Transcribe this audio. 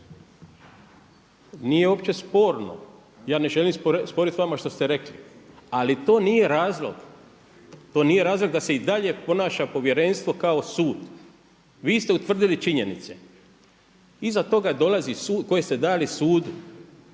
Nije uopće sporno, ja ne želim sporiti vama što ste rekli, ali to nije razlog. To nije razlog da se i dalje ponaša povjerenstvo kao sud. Vi ste utvrdili činjenice, iza toga dolazi sud, koje ste dali sudu